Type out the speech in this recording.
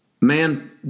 man